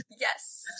Yes